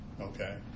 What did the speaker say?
okay